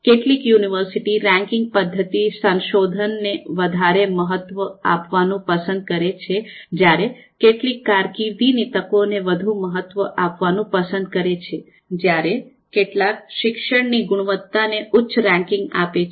કેટલીક university ranking પદ્ધતિ સંશોધન ને વધારે મહત્વ આપવાનું પસંદ કરે છે જ્યારે કેટલાક કારકિર્દીની તકોને વધુ મહત્વ આપવાનું પસંદ કરે છે જ્યારે કેટલાક શિક્ષણની ગુણવત્તાને ઉચ્ચ રેન્કિંગ આપે છે